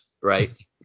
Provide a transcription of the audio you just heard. Right